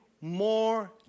more